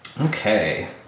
Okay